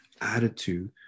attitude